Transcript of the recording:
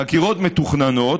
חקירות מתוכננות,